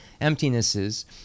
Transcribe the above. emptinesses